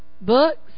books